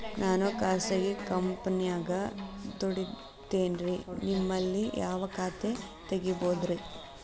ನಾನು ಖಾಸಗಿ ಕಂಪನ್ಯಾಗ ದುಡಿತೇನ್ರಿ, ನಿಮ್ಮಲ್ಲಿ ಯಾವ ಖಾತೆ ತೆಗಿಬಹುದ್ರಿ?